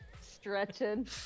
Stretching